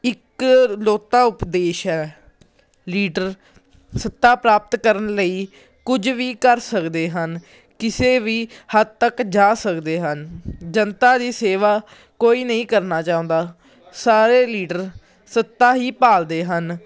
ਇੱਕਲੋਤਾ ਉਪਦੇਸ਼ ਹੈ ਲੀਡਰ ਸੱਤਾ ਪ੍ਰਾਪਤ ਕਰਨ ਲਈ ਕੁਝ ਵੀ ਕਰ ਸਕਦੇ ਹਨ ਕਿਸੇ ਵੀ ਹੱਦ ਤੱਕ ਜਾ ਸਕਦੇ ਹਨ ਜਨਤਾ ਦੀ ਸੇਵਾ ਕੋਈ ਨਹੀਂ ਕਰਨਾ ਚਾਹੁੰਦਾ ਸਾਰੇ ਲੀਡਰ ਸੱਤਾ ਹੀ ਭਾਲਦੇ ਹਨ